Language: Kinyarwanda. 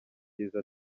byiza